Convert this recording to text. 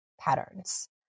patterns